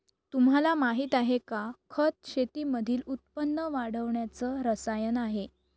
तुम्हाला माहिती आहे का? खत शेतीमधील उत्पन्न वाढवण्याच रसायन आहे